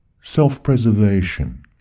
self-preservation